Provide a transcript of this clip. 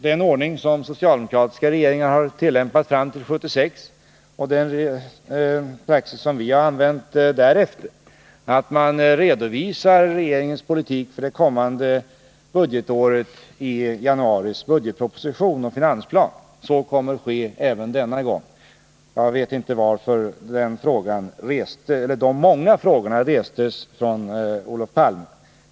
Den ordning som socialdemokratiska regeringar har tillämpat fram till 1976 och den praxis som vi har använt därefter är ju att man redovisar regeringens politik för det kommande budgetåret i januaris budgetproposition och finansplan. Så kommer att ske även denna gång. Jag vet inte varför de många frågorna restes av Olof Palme.